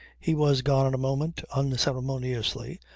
he was gone in a moment, unceremoniously,